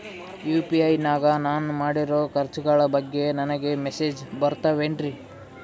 UPI ನಾಗ ನಾನು ಮಾಡಿರೋ ಖರ್ಚುಗಳ ಬಗ್ಗೆ ನನಗೆ ಮೆಸೇಜ್ ಬರುತ್ತಾವೇನ್ರಿ?